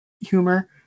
humor